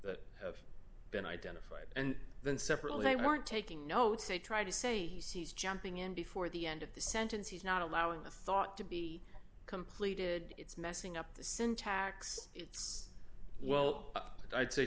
that have been identified and then separately they weren't taking notes they try to say he sees jumping in before the end of the sentence he's not allowing the thought to be completed it's messing up the syntax it's well i'd say